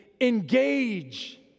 Engage